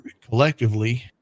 collectively